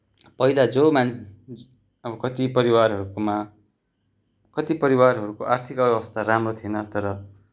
पहिला जो मान अब कति परिवारहरूकोमा कति परिवारहरूको आर्थिक अवस्था राम्रो थिएन तर